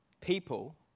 people